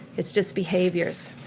is just behaviors.